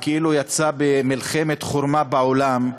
שכאילו יצא למלחמת חורמה בעולם,